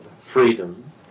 freedom